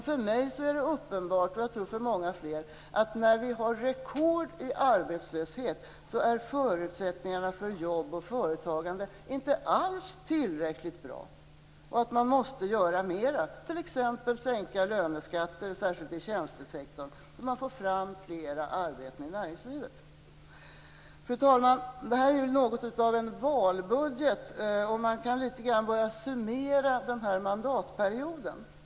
För mig - och jag tror för många med mig - är det dock uppenbart att när vi har en rekordarbetslöshet är förutsättningarna för jobb och företagande inte alls tillräckligt bra. Man måste göra mera, t.ex. sänka löneskatterna, särskilt i tjänstesektorn, så att man får fram fler arbeten i näringslivet. Fru talman! Detta är ju något av en valbudget, och man kan börja summera den här mandatperioden litet grand.